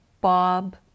Bob